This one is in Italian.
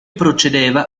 procedeva